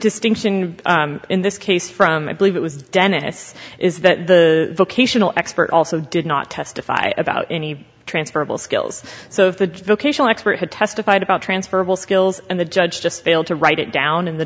distinction in this case from i believe it was dennis is that the location expert also did not testify about any transferable skills so if the vocational expert had testified about transferable skills and the judge just failed to write it down in the